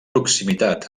proximitat